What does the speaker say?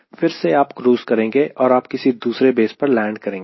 फिर से आप क्रूज़ करेंगे और किसी दूसरे बेस पर लैंड करेंगे